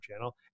channel